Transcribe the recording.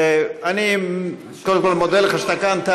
אני קודם כול מודה לך שאתה כאן.